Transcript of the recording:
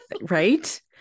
Right